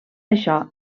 això